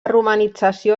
romanització